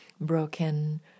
broken